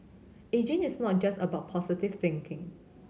ageing is not just about positive thinking